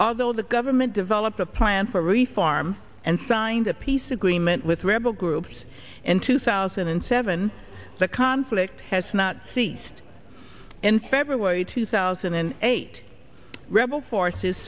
although the government developed a plan for reform and signed a peace agreement with rebel groups in two thousand and seven the conflict has not ceased in february two thousand and eight rebel forces